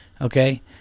okay